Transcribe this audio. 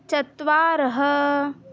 चत्वारः